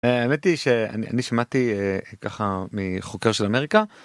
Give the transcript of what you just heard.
האמת היא שאני שמעתי ככה מחוקר של אמריקה.